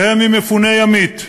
שהם ממפוני ימית,